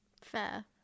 fair